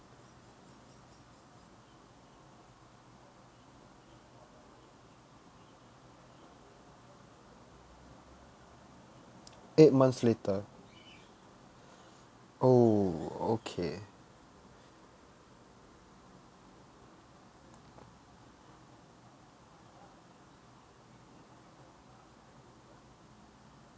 eight months later oh okay